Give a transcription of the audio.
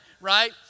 right